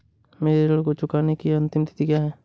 मेरे ऋण को चुकाने की अंतिम तिथि क्या है?